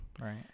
right